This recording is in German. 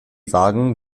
wagen